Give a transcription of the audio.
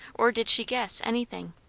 or did she guess, anything?